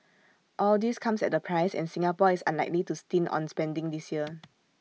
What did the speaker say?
all this comes at A price and Singapore is unlikely to stint on spending this year